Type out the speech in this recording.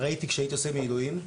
ראיתי כשהייתי עושה מילואים,